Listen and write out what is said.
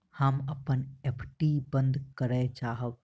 हम अपन एफ.डी बंद करय चाहब